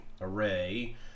array